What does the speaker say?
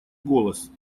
голос